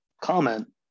comment